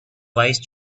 wise